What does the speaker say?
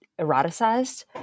eroticized